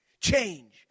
Change